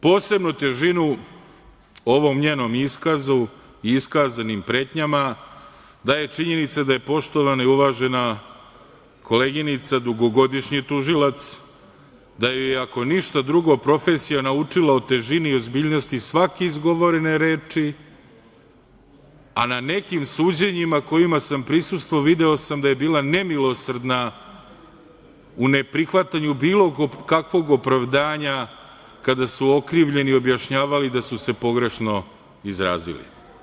Posebnu težinu ovom njenom iskazu i iskazanim pretnjama daje činjenica da je poštovana i uvažena koleginica dugogodišnji tužilac, da joj je ako ništa drugo profesija naučila o težini i ozbiljnosti svake izgovorene reči, a na nekim suđenjima kojima sam prisustvovao video sam da je bila nemilosrdna u neprihvatanju bilo kakvog opravdanja kada su okrivljeni objašnjavali da su se pogrešno izrazili.